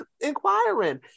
inquiring